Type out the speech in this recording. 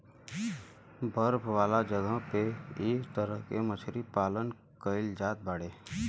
बर्फ वाला जगह पे इ तरह से मछरी पालन कईल जात बाड़े